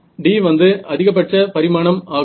D வந்து அதிகபட்ச பரிமாணம் ஆகும்